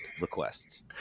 requests